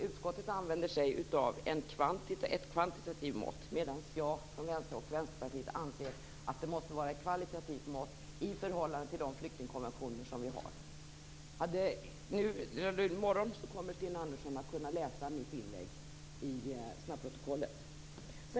Utskottet använder sig av ett kvantitativt mått medan jag från Vänsterpartiet anser att man måste tillämpa ett kvalitativt mått i förhållande till de flyktingkonventioner som vi har skrivit under. I morgon kommer Sten Andersson att kunna läsa mitt inlägg i snabbprotokollet.